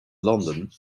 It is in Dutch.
landen